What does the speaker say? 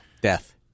Death